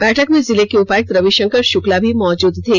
बैठक में जिले के उपायुक्त रवि शंकर शुक्ला भी मौजूद थे